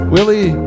Willie